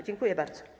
Dziękuję bardzo.